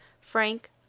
frank